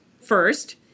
First